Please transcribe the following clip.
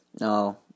No